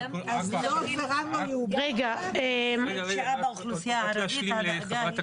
--- רק להשלים לחברת הכנסת סטרוק.